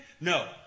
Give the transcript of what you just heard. No